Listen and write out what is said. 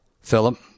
Philip